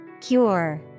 Cure